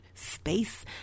space